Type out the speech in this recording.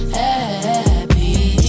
happy